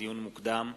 לדיון מוקדם: